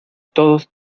todos